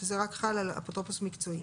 שזה רק חל על אפוטרופוס מקצועי.